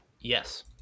Yes